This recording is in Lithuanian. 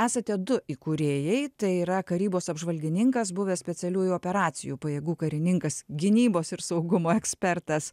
esate du įkūrėjai tai yra karybos apžvalgininkas buvęs specialiųjų operacijų pajėgų karininkas gynybos ir saugumo ekspertas